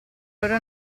ora